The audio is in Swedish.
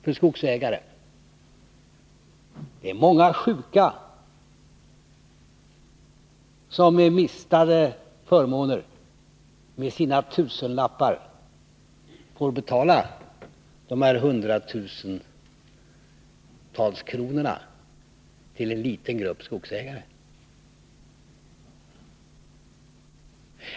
Det är många sjuka som med sina tusenlappar i minskade förmåner får betala dessa hundratusentals kronor till en liten grupp skogsägare.